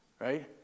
Right